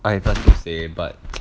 I have nothing to say but